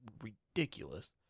ridiculous